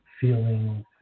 feeling